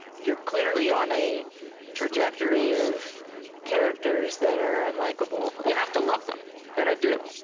you're clearly on a trajectory of characters that are unlikable. you have to love them and i do.